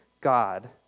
God